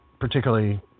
particularly